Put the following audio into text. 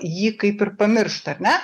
jį kaip ir pamiršta a ne